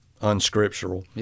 unscriptural